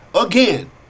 again